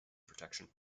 protection